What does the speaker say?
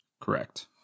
correct